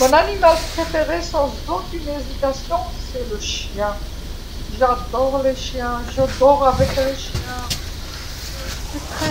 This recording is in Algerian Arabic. حيواني المفضل دون أي تردد هو الكلب، أنا أحب الكلاب أحب أن أكون مع الكلاب أنا